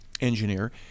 engineer